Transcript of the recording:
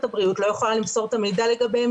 הבריאות לא יכולה למסור את המידע לגביהם,